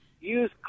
use